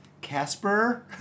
Casper